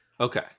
Okay